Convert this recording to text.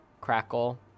crackle